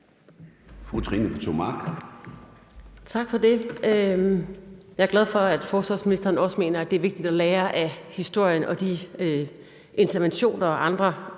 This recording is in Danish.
Tak for det. Jeg er glad for, at forsvarsministeren også mener, at det er vigtigt at lære af historien og de interventioner og andre